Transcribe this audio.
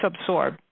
absorb